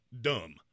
dumb